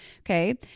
Okay